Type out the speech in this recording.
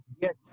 Yes